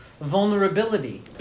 vulnerability